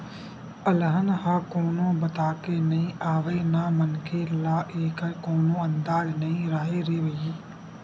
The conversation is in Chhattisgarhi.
अलहन ह कोनो बताके नइ आवय न मनखे ल एखर कोनो अंदाजा नइ राहय रे भई